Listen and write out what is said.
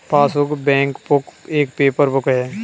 passbook, bankbook एक paper book है